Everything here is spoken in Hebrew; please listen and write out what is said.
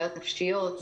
בעיות נפשיות,